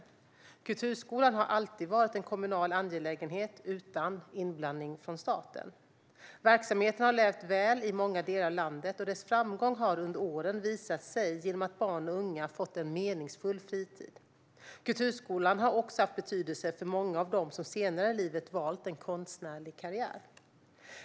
Kulturskolan har alltid varit en kommunal angelägenhet utan inblandning från staten. Verksamheten har levt väl i många delar av landet, och dess framgång har under åren visat sig genom att barn och unga fått en meningsfull fritid. Kulturskolan har också haft betydelse för många av dem som senare i livet valt en konstnärlig karriär.